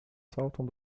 saltam